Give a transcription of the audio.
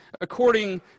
according